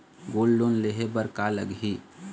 Gold loan लेहे बर का लगही?